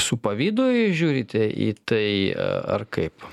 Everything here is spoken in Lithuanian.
su pavydu žiūrite į tai ar kaip